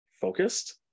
focused